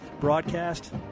broadcast